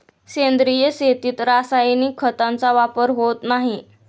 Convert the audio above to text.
सेंद्रिय शेतीत रासायनिक खतांचा वापर होत नाही